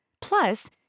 Plus